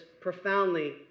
profoundly